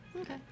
Okay